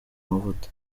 amavuta